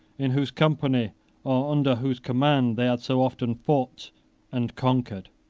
in whose company, or under whose command, they had so often fought and conquered.